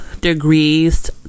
degrees